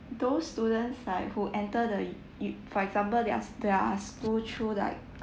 those students like who enter the u~ u~ for example theirs their school through like